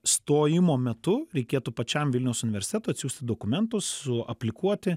stojimo metu reikėtų pačiam vilniaus universitetui atsiųsti dokumentus su aplikuoti